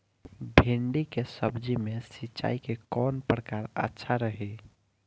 भिंडी के सब्जी मे सिचाई के कौन प्रकार अच्छा रही?